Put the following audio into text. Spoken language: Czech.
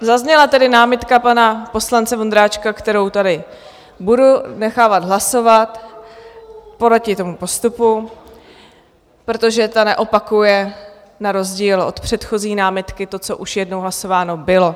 Zazněla tedy námitka pana poslance Vondráčka, kterou tady budu nechávat hlasovat, proti tomu postupu, protože ta neopakuje na rozdíl od předchozí námitky, to, co už jednou hlasováno bylo.